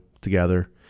together